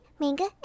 manga